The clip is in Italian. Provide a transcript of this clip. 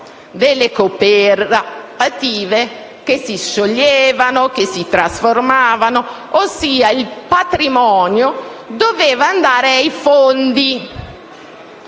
delle cooperative che si scioglievano o che si trasformavano: il patrimonio doveva andare ai fondi